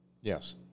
Yes